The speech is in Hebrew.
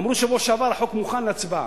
אמרו בשבוע שעבר: החוק מוכן להצבעה.